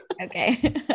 Okay